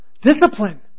Discipline